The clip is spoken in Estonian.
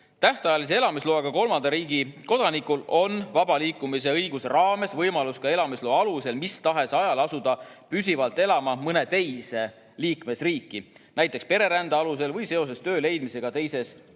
Tähtajalise elamisloaga kolmanda riigi kodanikul on vaba liikumise õiguse raames võimalus elamisloa alusel mis tahes ajal asuda püsivalt elama mõnda teise liikmesriiki, näiteks pererände alusel või seoses töö leidmisega teises liikmesriigis.